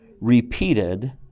repeated